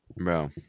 Bro